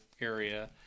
area